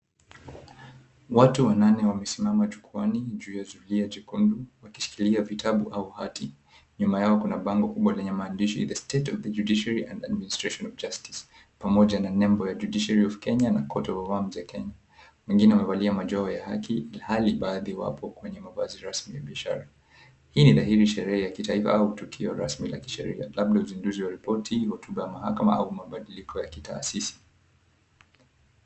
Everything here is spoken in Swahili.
Watu wanane wamesimama jukwaani juu ya zulia jikoni wakishikilia vitabu au hati, nyuma yao kuna bango kubwa lenye maandishi The State of the Judiciary And Administration Of Justice pamoja na nembo ya the Judiciary of Kenya na Court of Arms ya kenya, wengine wamevalia majoho ya haki kihali baadhi wapo kwenye mavazi ya rasmi biashara, hii ni dhahiri sherehe ya kitaifa au tukio rasmi la kisherehe labda uzinduzi wa ripoti, hotuba ya mahakama au mabadiliko ya kitaasisi.